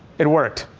it worked.